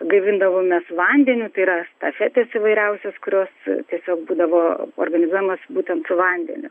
gaivindavomės vandeniu tai yra estafetės įvairiausios kurios tiesiog būdavo organizuojamos būtent su vandeniu